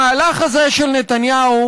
המהלך הזה של נתניהו